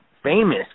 Famous